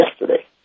yesterday